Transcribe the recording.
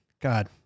god